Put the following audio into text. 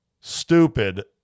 stupid